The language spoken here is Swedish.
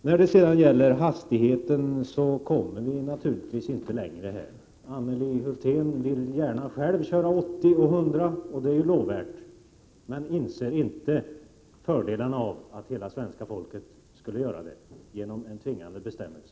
Vi kommer här inte längre när det gäller resonemanget om hastighetsbegränsningar. Anneli Hulthén vill gärna själv köra 80 km tim, och det är lovvärt. Men hon inser inte fördelarna av att hela svenska folket skulle göra det i och med en tvingande bestämmelse.